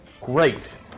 Great